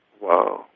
Wow